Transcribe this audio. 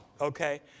Okay